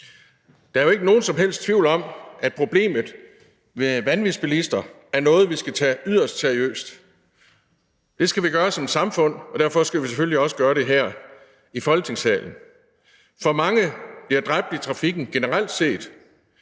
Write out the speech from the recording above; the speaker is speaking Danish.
Der er jo ikke nogen som helst tvivl om, at problemet med vanvidsbilister er noget, vi skal tage yderst seriøst. Det skal vi gøre som samfund, og derfor skal vi selvfølgelig også gøre det her i Folketingssalen. For mange bliver dræbt i trafikken generelt set,